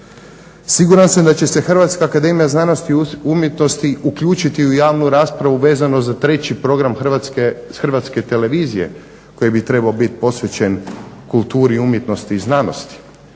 Siguran sam da će se Hrvatska akademija znanosti i umjetnosti uključiti u javnu raspravu vezano za treći program Hrvatske televizije koji bi trebao biti posvećen kulturi, umjetnosti i znanosti.